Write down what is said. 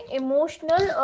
emotional